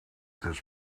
this